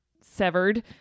severed